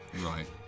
Right